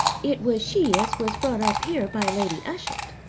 it was she as was brought up here by lady ushant.